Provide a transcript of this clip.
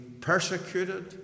persecuted